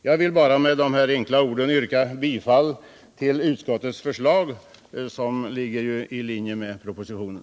Jag vill, herr talman, med dessa ord yrka bifall till utskottets förslag, som ligger i linje med propositionen.